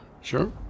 sure